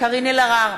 קארין אלהרר,